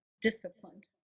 disciplined